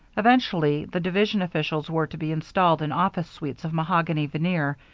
eventually the division officials were to be installed in office suites of mahogany veneer,